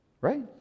right